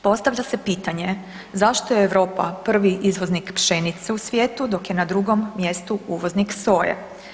Postavlja se pitanje zašto je Europa prvi izvoznik pšenice u svijetu, dok je na drugom mjestu uvoznik soje.